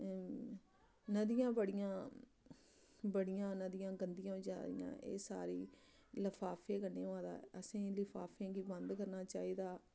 नदियां बड़ियां बड़ियां नदियां गंदियां होई जा दियां एह् सारी लफाफे कन्नै होआ दा असेंगी लफाफें गी बंद करना चाहिदा